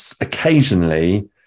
occasionally